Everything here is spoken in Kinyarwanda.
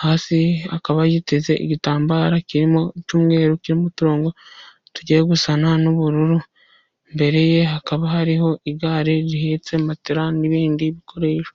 hasi akaba yiteze igitambaro kirimo n'umweru, kirimo uturongo tugiye gusa n'ubururu. Imbere ye hakaba hariho igare rihetse matela n'ibindi bikoresho.